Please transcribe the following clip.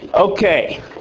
Okay